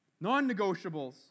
non-negotiables